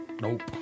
Nope